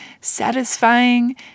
satisfying